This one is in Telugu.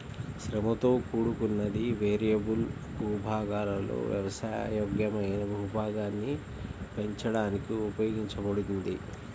శ్రమతో కూడుకున్నది, వేరియబుల్ భూభాగాలలో వ్యవసాయ యోగ్యమైన భూభాగాన్ని పెంచడానికి ఉపయోగించబడింది